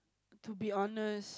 to be honest